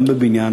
גם בבניין,